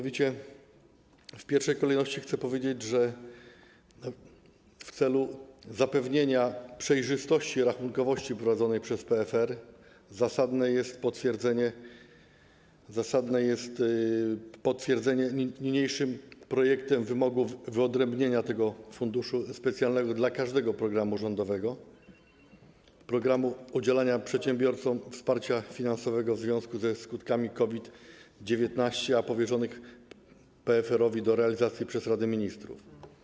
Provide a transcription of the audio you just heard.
W pierwszej kolejności chcę powiedzieć, że w celu zapewnienia przejrzystości rachunkowości prowadzonej przez PFR zasadne jest potwierdzenie niniejszym projektem wymogu wyodrębnienia tego funduszu specjalnego dla każdego programu rządowego, programu udzielania przedsiębiorcom wsparcia finansowego w związku ze skutkami COVID-19, w ramach zadań powierzonych PFR-owi do realizacji przez Radę Ministrów.